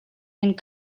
and